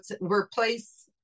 replace